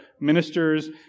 ministers